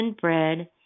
bread